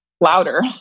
louder